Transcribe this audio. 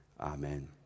amen